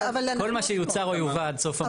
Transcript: כל מה שיוצר או יובא עד סוף המועד.